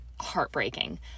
heartbreaking